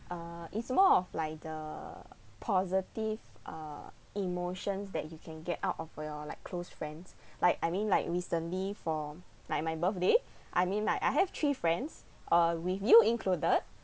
uh it's more of like the positive uh emotions that you can get out of where your like close friends like I mean like recently for like my birthday I mean like I have three friends uh with you included